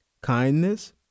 kindness